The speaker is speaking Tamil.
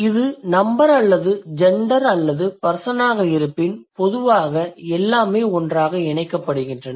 இது நம்பர் அல்லது ஜெண்டர் அல்லது பர்சன் ஆக இருப்பின் பொதுவாக எல்லாமே ஒன்றாக இணைக்கப்படுகின்றன